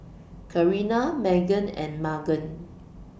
Carina Meghann and Magan